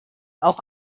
auch